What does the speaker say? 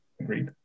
agreed